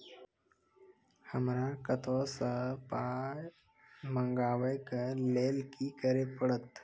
हमरा कतौ सअ पाय मंगावै कऽ लेल की करे पड़त?